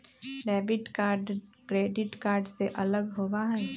debit card credit card से अलग होबा हई